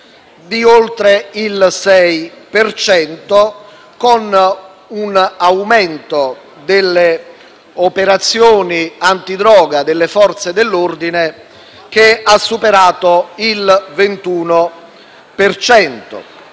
di oltre il 6 per cento, con un aumento delle operazioni antidroga delle Forze dell'ordine che ha superato il 21